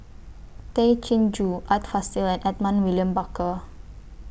Tay Chin Joo Art Fazil and Edmund William Barker